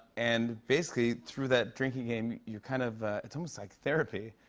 and, basically, through that drinking game, you kind of it's almost like therapy.